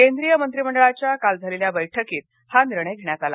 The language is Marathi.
केंद्रीय मंत्रिमंडळाच्या काल झालेल्या बैठकीत हा निर्णय घेण्यात आला